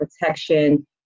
protection